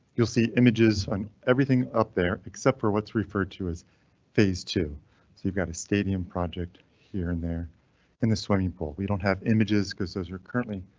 you'll see images on everything up there except for what's referred to as phase two. so you've got a stadium project here and there in the swimming pool. we don't have images cause those are currently